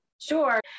Sure